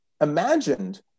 imagined